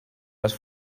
les